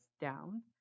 down